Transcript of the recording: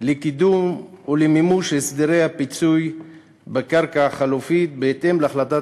לקידום ולמימוש הסדרי הפיצוי בקרקע החלופית בהתאם להחלטת